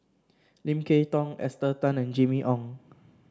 Lim Kay Tong Esther Tan and Jimmy Ong